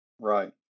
right